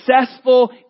successful